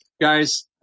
Guys